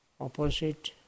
opposite